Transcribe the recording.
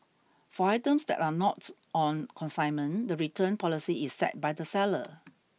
for items that are not on consignment the return policy is set by the seller